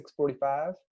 6.45